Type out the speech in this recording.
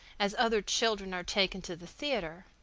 as other children are taken to the theatre.